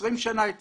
20 שנה היו